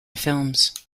films